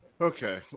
okay